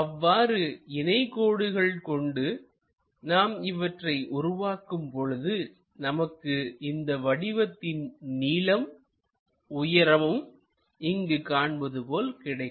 அவ்வாறு இணை கோடுகள் கொண்டு நாம் இவற்றை உருவாக்கும் பொழுது நமக்கு இங்கு வடிவத்தின் நீளமும்உயரமும் இங்கு காண்பது போல் கிடைக்கும்